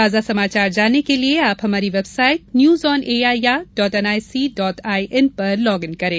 ताजा समाचार जानने के लिए आप हमारी website news on A I R dot N I C dot I N पर लॉग इन करें